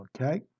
Okay